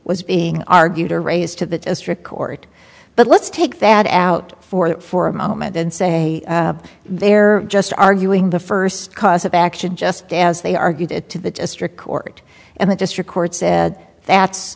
was being argued or raised to the district court but let's take that out for that for a moment then say they're just arguing the first cause of action just as they argued it to the district court and the district court said that's